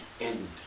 End